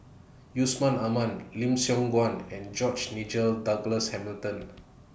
Yusman Aman Lim Siong Guan and George Nigel Douglas Hamilton